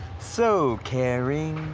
so caring.